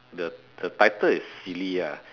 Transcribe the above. the the title is silly ah